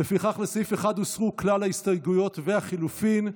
לסעיף 1 הוסרו כלל ההסתייגויות והלחלופין,